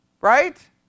Right